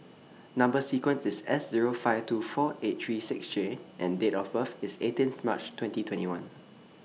Number sequence IS S Zero five two four eight three six J and Date of birth IS eighteenth March twenty twenty one